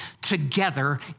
together